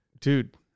Dude